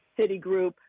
Citigroup